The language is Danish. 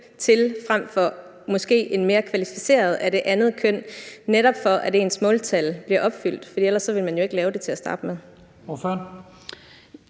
til frem for måske en måske mere kvalificeret person af det andet køn, netop for at ens måltal bliver opfyldt? For ellers ville man jo ikke lave dem til at starte med.